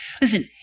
Listen